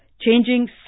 changing